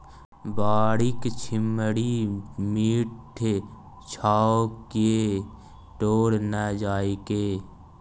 बाड़ीक छिम्मड़ि मीठ छौ की तोड़ न जायके